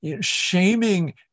shaming